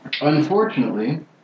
Unfortunately